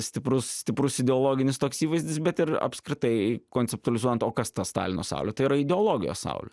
stiprus stiprus ideologinis toks įvaizdis bet ir apskritai konceptualizuojant o kas ta stalino saulė tai yra ideologijos saulė